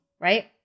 right